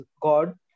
God